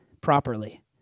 properly